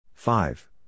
Five